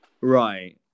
Right